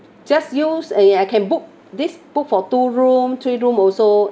just use and I can book this book for two room three room also